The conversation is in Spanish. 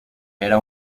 era